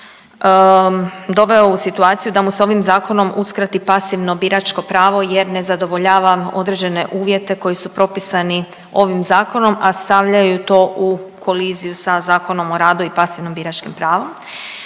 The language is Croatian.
doveo u situaciju da mu se ovim zakonom uskrati pasivno biračko pravo jer ne zadovoljava određene uvjete koji su propisani ovim zakonom, a stavljaju to u koliziju sa Zakonom o radu i pasivnim biračkim pravom.